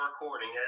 recording